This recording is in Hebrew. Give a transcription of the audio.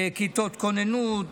כיתות כוננות,